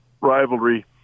rivalry